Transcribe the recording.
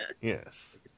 Yes